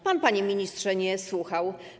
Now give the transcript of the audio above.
Pan, panie ministrze, nie słuchał.